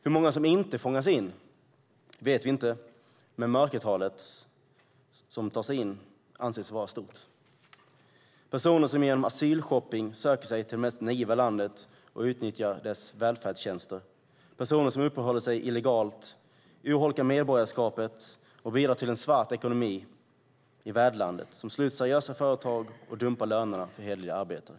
Hur många som inte fångas in vet vi inte, men mörkertalet för antalet personer som tar sig in anses vara stort. Det är personer som genom asylshopping söker sig till det mest naiva landet och utnyttjar dess välfärdstjänster. Det är personer som uppehåller sig illegalt, urholkar medborgarskapet och bidrar till en svart ekonomi i värdlandet som slår ut seriösa företag och dumpar lönerna för hederliga arbetare.